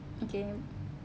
okay